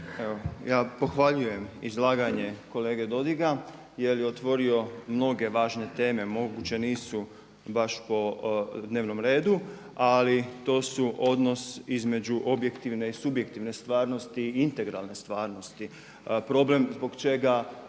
Ja pohvaljujem izlaganje kolege Dodiga jer je otvorio mnoge važne teme, moguće nisu baš po dnevnom redu ali to su odnos između objektivne i subjektivne stvarnosti, integralne stvarnosti, problem zbog čega